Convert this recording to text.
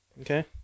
Okay